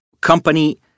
company